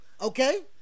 Okay